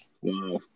Wow